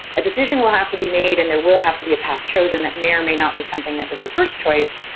a decision will have to be made and there will have to be a path chosen that may or may not be something that was your first choice,